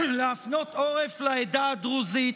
להפנות עורף לעדה הדרוזית,